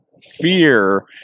Fear